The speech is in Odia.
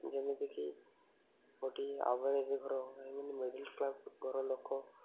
ଯେମିତିକି ଗୋଟିଏ ଆଭରେଜ ଘର ଏମିତି ମିଡ଼ିଲ କ୍ଲାସ୍ ଘର ଲୋକ